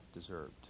deserved